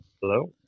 Hello